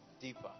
deeper